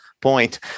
point